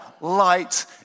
light